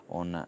on